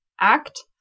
act